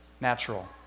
natural